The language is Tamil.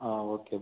ah okay bro